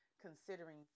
considering